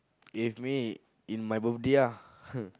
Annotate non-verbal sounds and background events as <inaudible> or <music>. if me in my birthday ah <laughs>